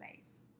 says